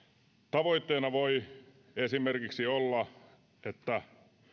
tavoitteena voi esimerkiksi olla että